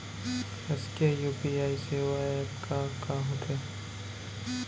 शासकीय यू.पी.आई सेवा एप का का होथे?